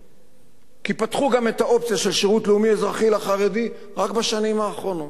כי פתחו גם את האופציה של שירות לאומי-אזרחי לחרדים רק בשנים האחרונות.